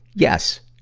yes.